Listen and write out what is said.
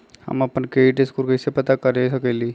हम अपन credit score कैसे पता कर सकेली?